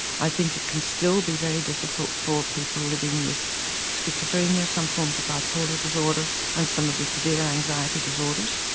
i think it can still be very difficult for people living with schizophrenia, some form of bipolar disorder and some of the servere anxiety disorders.